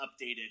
updated